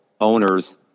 owners